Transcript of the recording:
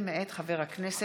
ברשות יושב-ראש הכנסת,